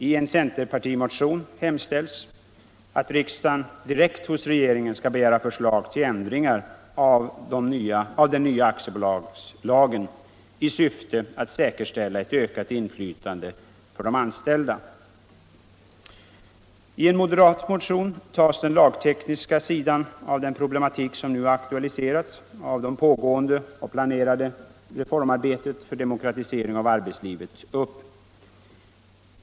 I en centerpartimotion hemställs ”att riksdagen beslutar ——— att hos regeringen begära förslag till ändringar av aktiebolagslagen i syfte att säkerställa ett ökat inflytande för de anställda i sådana företag som drivs i aktiebolagsform”. I en moderatmotion tas den lagtekniska sidan av den problematik som nu har aktualiserats av det pågående och planerade reformarbetet för demokratisering av arbetslivet upp.